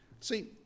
See